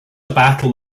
battle